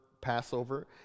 Passover